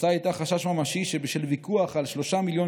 התוצאה הייתה חשש ממשי שבשל ויכוח על 3 מיליון